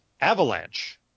Avalanche